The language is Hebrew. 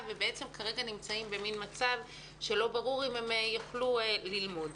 ובעצם כרגע נמצאים במצב שלא ברור אם הם יוכלו ללמוד.